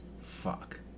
fuck